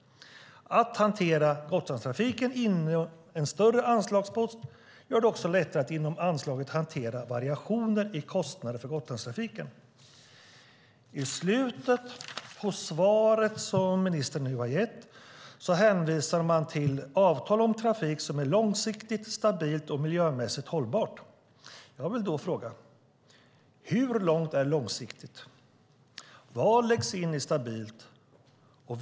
Att hantera Gotlandstrafiken inom en större anslagspost gör det också lättare att inom anslaget hantera variationer i kostnaden för Gotlandstrafiken. I slutet av det interpellationssvar som ministern har gett hänvisas det till "ett avtal om trafik som är långsiktigt, stabilt och miljömässigt hållbart". Jag vill då fråga: Hur långt är "långsiktigt"? Vad läggs in i "stabilt"?